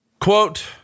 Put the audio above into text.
Quote